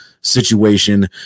situation